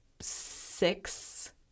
six